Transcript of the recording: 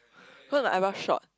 cause my eyebrow short